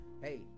hey